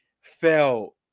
felt